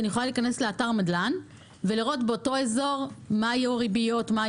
אני יכולה להיכנס לאתר נדל"ן ולראות באותו אזור מי יהיו הריביות.